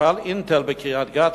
מפעל "אינטל" בקריית-גת,